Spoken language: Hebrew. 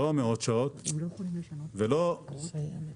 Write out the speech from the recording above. לא מאות שעות אלא אלפי שעות.